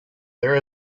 there